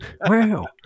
Wow